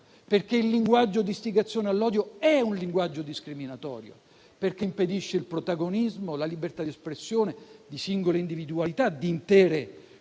Il linguaggio di istigazione all'odio è un linguaggio discriminatorio, in quanto impedisce il protagonismo, la libertà di espressione di singole individualità e di intere